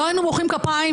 לא היינו מוחאים כפיים,